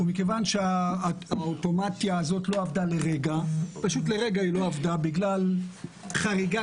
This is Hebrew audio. מכיוון שהאוטומציה הזאת לא עבדה לרגע, בגלל חריגה